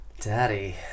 Daddy